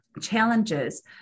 challenges